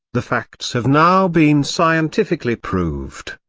the facts have now been scientifically proved.